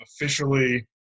officially